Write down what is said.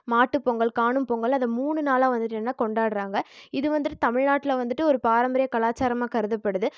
மாட்டுப் பொங்கல் காணும் பொங்கல் அதை மூணு நாளாக வந்துவிட்டு என்னென்னா கொண்டாடுறாங்க இது வந்துவிட்டு தமிழ்நாட்டில வந்துவிட்டு ஒரு பாரம்பரிய கலாச்சாரமாக கருதப்படுது